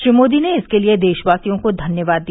श्री मोदी ने इसके लिए देशवासियों को धन्यवाद दिया